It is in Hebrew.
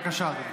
בבקשה, אדוני.